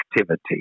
activity